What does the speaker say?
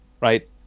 Right